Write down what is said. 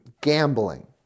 gambling